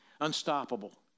unstoppable